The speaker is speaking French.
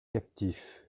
captif